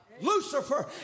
Lucifer